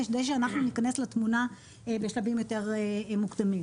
כדי שאנחנו ניכנס לתמונה בשלבים יותר מוקדמים.